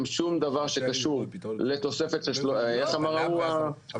שום דבר שקשור לתוספת איך אמר הסגן?